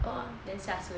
!wah! then sia suay eh